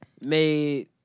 Made